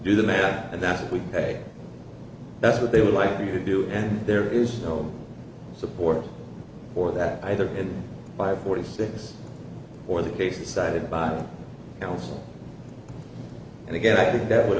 do the math and that's what we pay that's what they would like to do and there is no support for that either by forty six or the cases cited by counsel and again i think that would